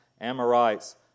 Amorites